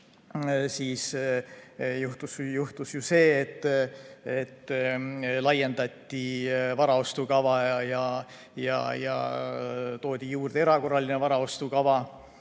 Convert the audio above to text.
siis juhtus ju see, et laiendati varaostukava ja toodi juurde erakorraline varaostukava.